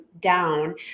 down